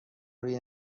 روی